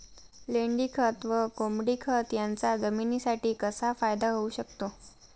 लेंडीखत व कोंबडीखत याचा जमिनीसाठी कसा फायदा होऊ शकतो?